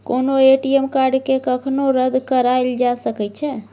कोनो ए.टी.एम कार्डकेँ कखनो रद्द कराएल जा सकैत छै